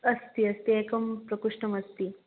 अस्ति अस्ति एकः प्रकोष्ठः अस्ति